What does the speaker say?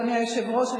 אדוני היושב-ראש,